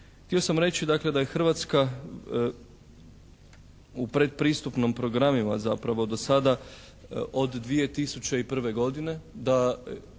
Htio sam reći dakle da je Hrvatska u predpristupnom programima zapravo do sada od 2001. godine,